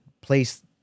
place